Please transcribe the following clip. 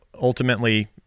ultimately